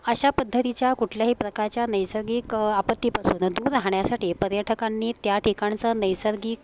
अशा पद्धतीच्या कुठल्याही प्रकारच्या नैसर्गिक आपत्तीपासून दूर राहण्यासाठी पर्यटकांनी त्या ठिकाणचं नैसर्गिक